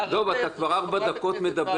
אתה כבר ארבע דקות מדבר.